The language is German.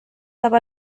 aber